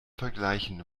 vergleichen